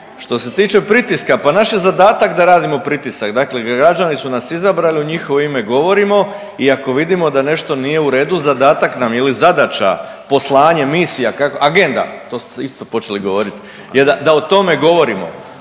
Što se tiče pritiska, pa naš je zadatak da radimo pritisak, dakle građani su nas izabrali, u njihovo ime govorimo i ako vidimo da nešto nije u redu, zadatak nam je ili zadaća, poslanje, misija, agenda, to ste isto počeli govorit je da o tome govorimo,